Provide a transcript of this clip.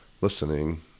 listening